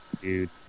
dude